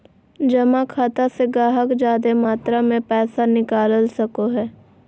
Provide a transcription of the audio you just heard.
जमा खाता से गाहक जादे मात्रा मे पैसा निकाल सको हय